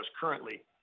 currently